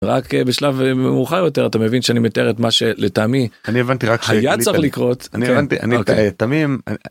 רק בשלב המאוחר יותר אתה מבין שאני מתאר את מה שלטעמי אני הבנתי רק היה צריך לקרות אני הבנתי אני תמים.